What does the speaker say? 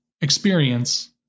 experience